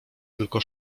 tylko